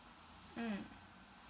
mm